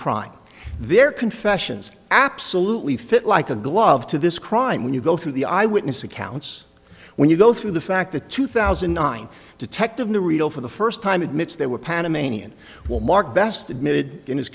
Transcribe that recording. crime their confessions absolutely fit like a glove to this crime when you go through the eyewitness accounts when you go through the fact that two thousand and nine detective the real for the first time admits they were panamanian will mark best admitted in his